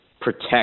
protect